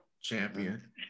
champion